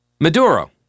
Maduro